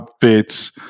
fits